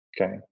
Okay